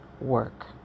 work